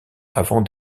avant